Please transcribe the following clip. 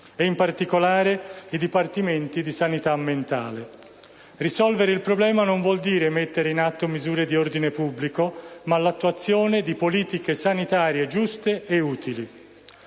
e, in particolare, i dipartimenti di sanità mentale. Risolvere il problema non vuol dire mettere in atto misure di ordine pubblico, ma dare attuazione a politiche sanitarie giuste e utili.